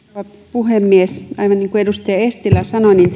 puhemies aivan niin kuin edustaja eestilä sanoi niin